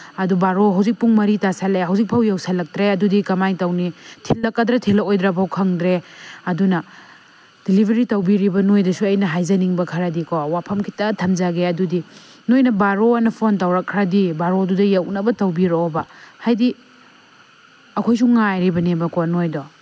ꯑꯗꯨ ꯕꯥꯔꯣ ꯍꯧꯖꯤꯛ ꯄꯨꯡ ꯃꯔꯤ ꯇꯥꯁꯤꯜꯂꯛꯑꯦ ꯍꯧꯖꯤꯛ ꯐꯥꯎ ꯌꯧꯁꯤꯜꯂꯛꯇ꯭ꯔꯦ ꯑꯗꯨꯗꯤ ꯀꯃꯥꯏꯅ ꯇꯧꯅꯤ ꯊꯤꯜꯂꯛꯀꯗ꯭ꯔꯥ ꯊꯤꯜꯂꯛꯑꯣꯏꯗ꯭ꯔꯥꯕꯨꯛ ꯈꯪꯗ꯭ꯔꯦ ꯑꯗꯨꯅ ꯗꯤꯂꯤꯚꯔꯤ ꯇꯧꯕꯤꯔꯤꯕ ꯅꯣꯏꯗꯁꯨ ꯑꯩꯅ ꯍꯥꯏꯖꯅꯤꯡꯕ ꯈꯔꯗꯤꯀꯣ ꯋꯥꯐꯝ ꯈꯤꯇ ꯊꯝꯖꯒꯦ ꯑꯗꯨꯗꯤ ꯅꯣꯏꯗ ꯕꯥꯔꯣꯅ ꯐꯣꯟ ꯇꯧꯔꯛꯈ꯭ꯔꯗꯤ ꯕꯥꯔꯣꯗꯨꯗ ꯌꯧꯅꯕ ꯇꯧꯕꯤꯔꯛꯑꯣꯕ ꯍꯥꯏꯗꯤ ꯑꯩꯈꯣꯏꯁꯨ ꯉꯥꯏꯔꯤꯕꯅꯦꯕꯀꯣ ꯅꯣꯏꯗꯣ